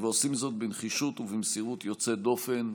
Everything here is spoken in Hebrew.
ועושים זאת בנחישות ובמסירות יוצאת דופן.